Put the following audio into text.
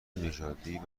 نژادی